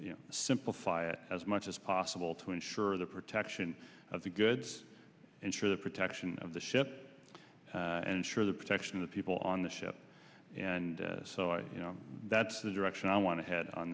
simplify it as much as possible to ensure the protection of the goods ensure the protection of the ship and sure the protection of the people on the ship and so i you know that's the direction i want to head on